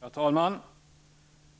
Herr talman!